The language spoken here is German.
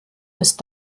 ist